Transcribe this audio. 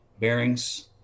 bearings